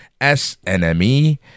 snme